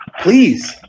please